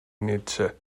nietzsche